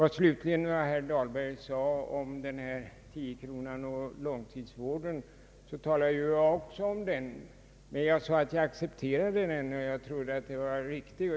För att återkomma till herr Dahlbergs yttrande om 10-kronorsavgiften och långtidsvården så sade jag också att jag accepterade denna.